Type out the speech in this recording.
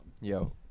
Yo